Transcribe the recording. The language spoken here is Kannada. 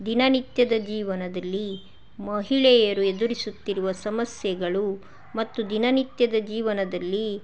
ದಿನನಿತ್ಯದ ಜೀವನದಲ್ಲಿ ಮಹಿಳೆಯರು ಎದುರಿಸುತ್ತಿರುವ ಸಮಸ್ಯೆಗಳು ಮತ್ತು ದಿನನಿತ್ಯದ ಜೀವನದಲ್ಲಿ